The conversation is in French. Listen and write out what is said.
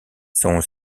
son